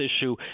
issue